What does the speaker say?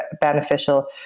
beneficial